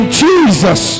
jesus